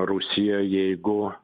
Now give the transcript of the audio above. rusija jeigu